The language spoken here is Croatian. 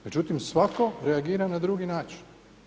Međutim svatko reagira na drugi način.